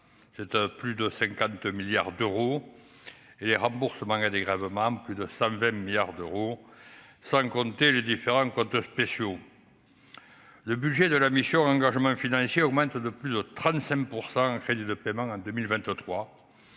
cette plus de 50 milliards d'euros et les remboursements gravement plus de 120 milliards d'euros, sans compter les différents comptes spéciaux, le budget de la mission Engagements financiers augmentent de plus de 35 % en fait de paiement en 2023,